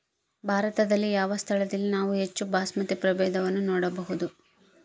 ಭಾರತದಲ್ಲಿ ಯಾವ ಸ್ಥಳದಲ್ಲಿ ನಾವು ಹೆಚ್ಚು ಬಾಸ್ಮತಿ ಪ್ರಭೇದವನ್ನು ನೋಡಬಹುದು?